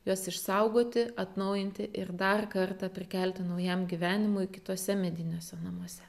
juos išsaugoti atnaujinti ir dar kartą prikelti naujam gyvenimui kituose mediniuose namuose